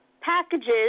packages